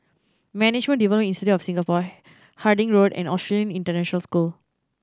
Management Development Institute of Singapore Harding Road and Australian International School